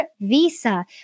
visa